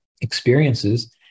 experiences